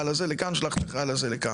תשלח את החייל הזה לכאן,